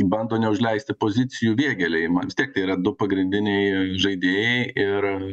bando neužleisti pozicijų vėgėlei ma vistiek tai yra du pagrindiniai žaidėjai ir